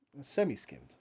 Semi-skimmed